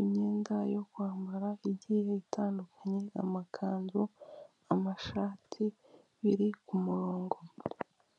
,imyenda yo kwambara igiye itandukanya amakanzu ,amashati biri ku murongo .